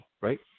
right